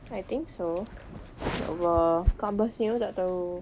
I think so !wah! kaabah sendiri pun tak tahu